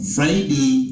Friday